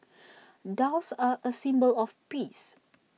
doves are A symbol of peace